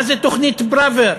מה זה תוכנית פראוור,